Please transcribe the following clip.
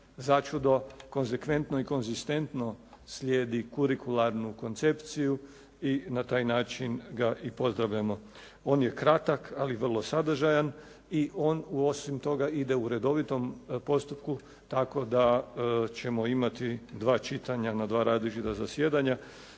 začudo konzekventno i konzistentno slijedi kurikularnu koncepciju i na taj način ga i pozdravljamo. On je kratak ali vrlo sadržajan i on osim toga ide u redovitom postupku tako da ćemo imati dva čitanja na dva različita zasjedanja